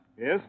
Yes